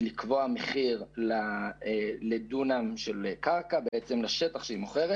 לקבוע מחיר לדונם של קרקע בעצם לשטח שהיא מוכרת